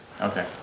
Okay